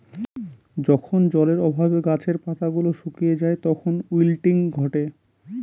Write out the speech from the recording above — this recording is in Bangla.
যখন জলের অভাবে গাছের পাতা গুলো শুকিয়ে যায় তখন উইল্টিং ঘটে